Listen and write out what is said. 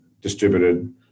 distributed